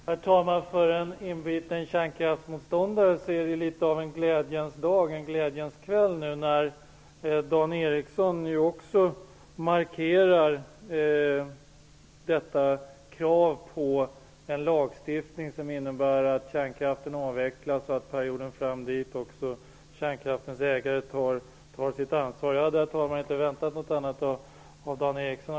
Herr talman! För en inbiten kärnkraftsmotståndare är det litet av en glädjens kväll när Dan Ericsson i Kolmården nu markerar kravet på en lagstiftning som innebär att kärnkraften avvecklas och att kärnkraftverkens ägare tar sitt ansvar under perioden fram till dess. Herr talman! Jag hade självfallet inte förväntat mig något annat av Dan Ericsson.